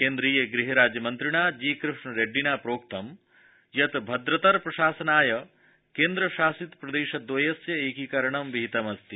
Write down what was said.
केन्द्रीय गृहराज्य मन्त्रिणा जीकृष्ण रेड्डिना प्रोक्तं यत् भद्रतर प्रशासनाय केन्द्रशासित प्रदेशद्वयस्य एकीकरणं विहितमस्ति